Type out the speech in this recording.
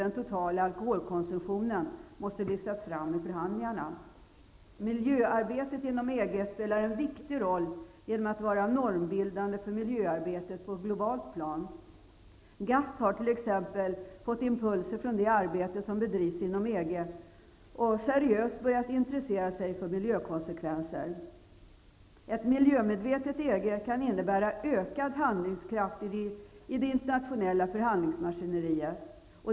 den totala alkoholkonsumtionen, måste lyftas fram i förhandlingarna. Miljöarbetet inom EG spelar en viktig roll genom att vara normbildande för miljöarbetet på ett globalt plan. GATT har exempelvis fått impulser från det arbete som bedrivs inom EG och seriöst börjat intressera sig för miljökonsekvenser. Ett miljömedvetet EG kan innebära ökad handlingskraft i det internationella förhandlingsmaskineriet.